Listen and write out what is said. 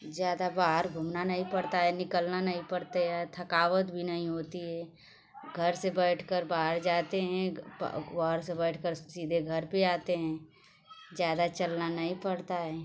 ज़्यादा बाहर घूमना नहीं पड़ता है निकलना नहीं पड़ता है थकावट भी नहीं होती है घर से बैठकर बाहर जाते हैं का क्वार से बैठकर सीधे घर पर आते हैं ज़्यादा चलना नही पड़ता है